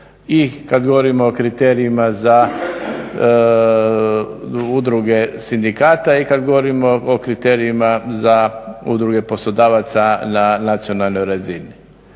i kada govorimo o kriterijima za udruge sindikata i kada govorimo o kriterijima za udruge poslodavaca na nacionalnoj razini.